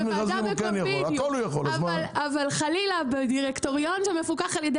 אבל חלילה בדירקטוריון שמפוקח על ידי